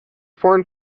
foreign